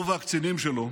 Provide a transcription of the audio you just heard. הוא והקצינים שלו,